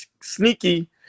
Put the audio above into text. sneaky